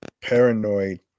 paranoid